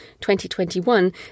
2021